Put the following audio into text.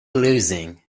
losing